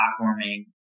platforming